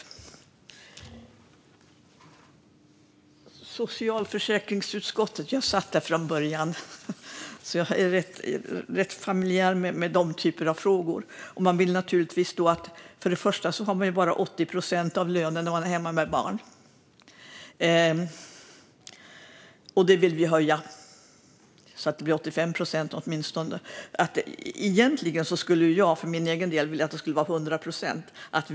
Jag satt från början i socialförsäkringsutskottet, så jag är ganska bekant med den typen frågor. Den som är hemma med barn har bara 80 procent av lönen, och det vill vi höja till minst 85 procent. För egen del vill jag att det ska vara 100 procent.